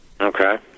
Okay